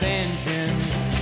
engines